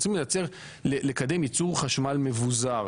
רוצים לקדם יצור חשמל מבוזר.